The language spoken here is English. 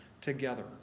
together